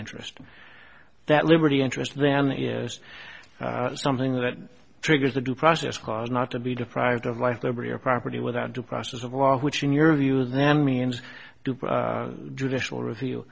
interest that liberty interest then is something that triggers the due process clause not to be deprived of life liberty or property without due process of law which in your view then means to judicial review